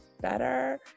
better